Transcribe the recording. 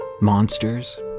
Monsters